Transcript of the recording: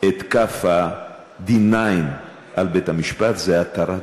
את כף ה-9D על בית-המשפט, זו התרת דם.